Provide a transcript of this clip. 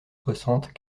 soixante